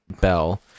Bell